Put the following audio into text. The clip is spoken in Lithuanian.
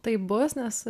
tai bus nes